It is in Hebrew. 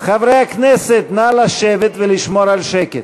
חברי הכנסת, נא לשבת ולשמור על שקט.